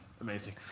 Amazing